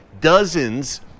dozens